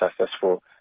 successful